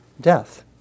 death